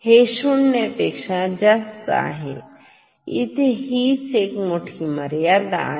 हे शून्य पेक्षा जास्त आहे आणि इथे हीच तर मर्यादा आहे